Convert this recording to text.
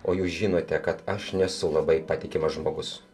o jūs žinote kad aš nesu labai patikimas žmogus